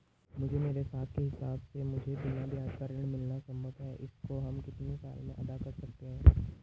मुझे मेरे साख के हिसाब से मुझे बिना ब्याज का ऋण मिलना संभव है इसको हम कितने साल में अदा कर सकते हैं?